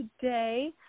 today